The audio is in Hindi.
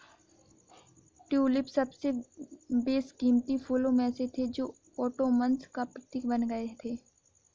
ट्यूलिप सबसे बेशकीमती फूलों में से थे जो ओटोमन्स का प्रतीक बन गए थे